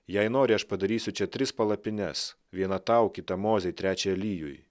jei nori aš padarysiu čia tris palapines vieną tau kitą mozei trečią elijui